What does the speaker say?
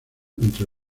entre